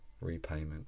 repayment